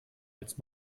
jetzt